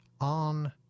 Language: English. on